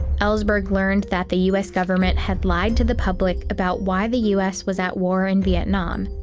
ellsberg learned that the us government had lied to the public about why the us was at war in vietnam,